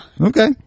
Okay